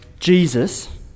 Jesus